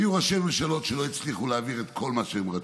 היו ראשי ממשלות שלא הצליחו להעביר את כל מה שהם רצו,